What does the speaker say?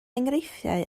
enghreifftiau